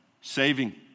saving